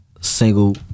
Single